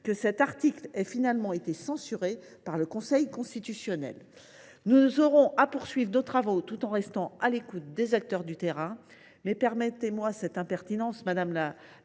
que cet article ait finalement été censuré par le Conseil constitutionnel. Nous devrons poursuivre nos travaux, tout en restant à l’écoute des acteurs du terrain. Je déplore – permettez moi cette impertinence, madame la